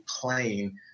playing